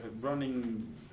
running